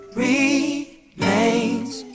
remains